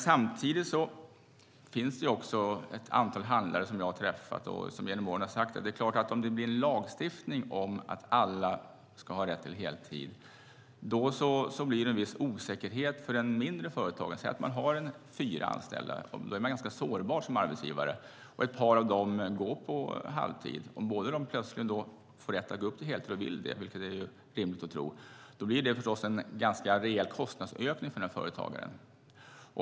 Jag har dock träffat ett antal handlare genom åren som har sagt att det självklart blir en viss osäkerhet för den mindre företagaren om det kommer en lagstiftning om att alla ska ha rätt till heltid. Säg att man har fyra anställda. Då är man ganska sårbar som arbetsgivare. Ett par av dem går på halvtid. Om båda de plötsligt får rätt att gå upp till heltid och vill det, vilket är rimligt att tro, blir det förstås en ganska rejäl kostnadsökning för denna företagare.